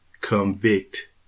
convict